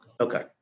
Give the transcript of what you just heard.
Okay